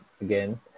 again